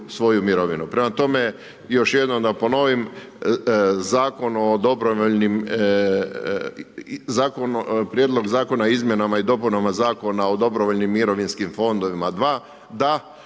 Idemo sada na glasovanje Konačni prijedlog Zakona o izmjenama i dopunama Zakona o dobrovoljnim mirovinskim fondovima,